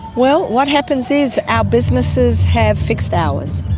well, what happens is our businesses have fixed hours.